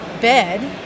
bed